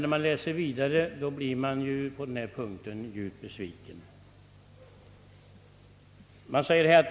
Om man läser vidare, blir man emellertid djupt besviken.